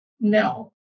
no